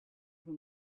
him